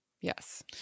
Yes